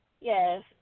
Yes